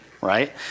right